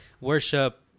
worship